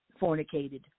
fornicated